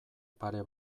pare